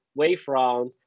Wavefront